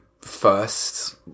first